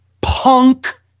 punk